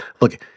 Look